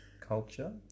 culture